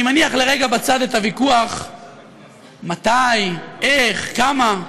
אני מניח לרגע בצד את הוויכוח על מתי, איך, כמה,